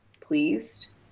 pleased